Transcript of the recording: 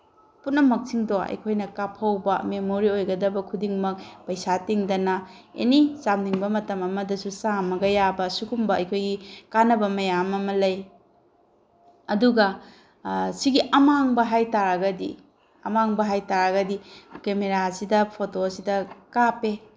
ꯄꯨꯝꯅꯃꯛꯁꯤꯡꯗꯣ ꯑꯩꯈꯣꯏꯅ ꯀꯥꯞꯍꯧꯕ ꯃꯦꯃꯣꯔꯤ ꯑꯣꯏꯒꯗꯕ ꯈꯨꯗꯤꯡꯃꯛ ꯄꯩꯁꯥ ꯇꯤꯡꯗꯅ ꯑꯦꯅꯤ ꯆꯥꯝꯅꯤꯡꯕ ꯃꯇꯝ ꯑꯃꯗꯁꯨ ꯆꯥꯝꯕ ꯌꯥꯕ ꯁꯨꯒꯨꯝꯕ ꯑꯩꯈꯣꯏ ꯀꯥꯟꯅꯕ ꯃꯌꯥꯝ ꯑꯃ ꯂꯩ ꯑꯗꯨꯒ ꯁꯤꯒꯤ ꯑꯃꯥꯡꯕ ꯍꯥꯏ ꯇꯥꯔꯒꯗꯤ ꯑꯃꯥꯡꯕ ꯍꯥꯏ ꯇꯥꯔꯒꯗꯤ ꯀꯦꯃꯦꯔꯥꯁꯤꯗ ꯐꯣꯇꯣꯁꯤꯗ ꯀꯥꯞꯄꯦ